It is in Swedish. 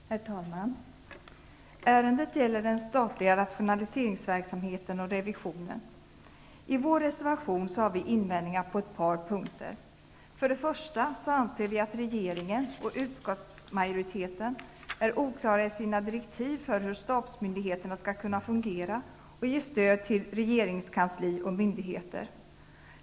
Herr talman! Ärendet gäller den statliga rationaliseringsverksamheten och revisionen. I vår reservaion har vi invändningar på ett par punkter. Vi anser att regeringen och utskottsmajoriteten är oklara i sina direktiv om hur stabsmyndigheterna skall kunna fungera och ge stöd till regeringskansli och myndigheter.